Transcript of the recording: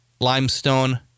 limestone